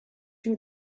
you